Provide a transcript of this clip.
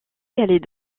allait